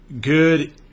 Good